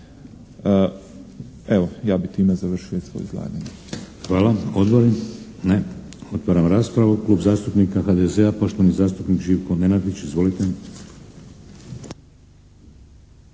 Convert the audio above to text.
Evo, ja bi time završio svoje izlaganje.